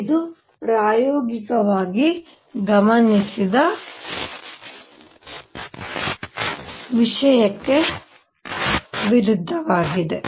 ಇದು ಪ್ರಾಯೋಗಿಕವಾಗಿ ಗಮನಿಸಿದ ವಿಷಯಕ್ಕೆ ವಿರುದ್ಧವಾಗಿದೆ